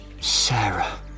Sarah